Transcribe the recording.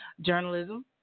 journalism